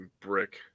brick